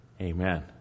Amen